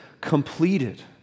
completed